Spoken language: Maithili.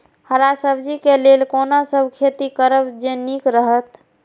हरा सब्जी के लेल कोना हम खेती करब जे नीक रहैत?